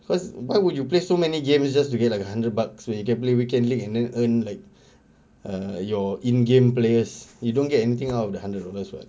because why would you play so many games just to get like a hundred bucks when you can play weekend league and then earn like ah you're in game players you don't get anything out of the hundred dollars [what]